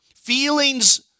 Feelings